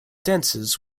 dances